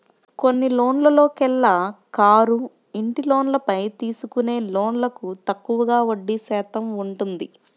అన్ని లోన్లలోకెల్లా కారు, ఇంటి లోన్లపై తీసుకునే లోన్లకు తక్కువగా వడ్డీ శాతం ఉంటుంది